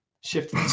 Shift